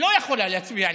לא יכולה להצביע נגד.